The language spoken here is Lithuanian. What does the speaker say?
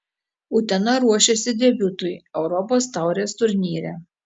utena ruošiasi debiutui europos taurės turnyre